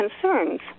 concerns